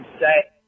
say